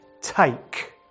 Take